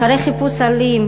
אחרי חיפוש אלים,